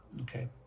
Okay